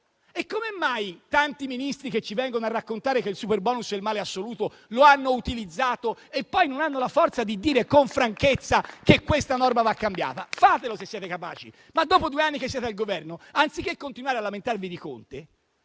Come mai tanti Ministri che ci vengono a raccontare che il superbonus è il male assoluto lo hanno utilizzato e poi non hanno la forza di dire con franchezza che questa norma va cambiata? Fatelo, se siete capaci, ma dopo due anni che siete al Governo, anziché continuare a lamentarvi di Conte,